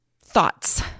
thoughts